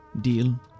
Deal